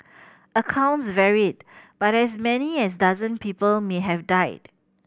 accounts varied but as many as dozen people may have died